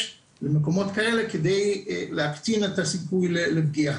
במקומות כאלה כדי להקטין את הסיכון לפגיעה.